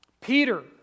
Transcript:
Peter